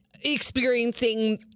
experiencing